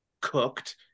cooked